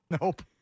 Nope